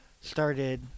started